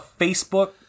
Facebook